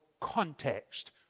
context